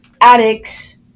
addicts